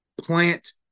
plant